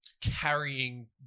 carrying